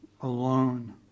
alone